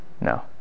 No